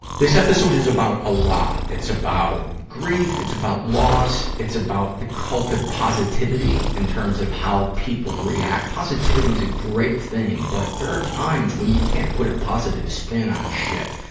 this episode is about a lot. it's about grief. it's about loss. it's about the cult of positivity, in terms of how people react. positivity is a great thing, but there're times when you can't put a positive spin on shit.